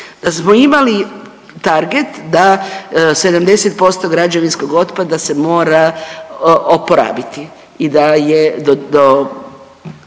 da smo imali target da 70% građevinskog otpada se mora oporabiti i da je do